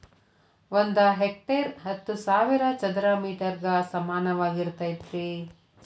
ಒಂದ ಹೆಕ್ಟೇರ್ ಹತ್ತು ಸಾವಿರ ಚದರ ಮೇಟರ್ ಗ ಸಮಾನವಾಗಿರತೈತ್ರಿ